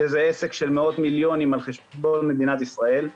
שזה עסק של מאות מיליונים על חשבון מדינת ישראל.